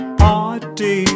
party